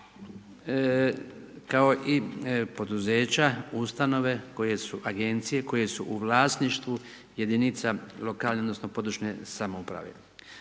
kao i poduzeća, ustanove koje su, agencije koje su u vlasništvu jedinica lokalne odnosno područne samouprave.